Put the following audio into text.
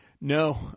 No